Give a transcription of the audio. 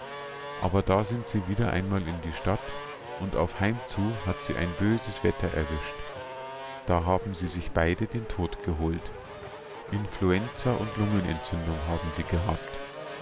aber da sind sie wieder einmal in die stadt und auf heimzu hat sie ein böses wetter erwischt da haben sie sich beide den tod geholt influenza und lungenentzündung haben sie gehabt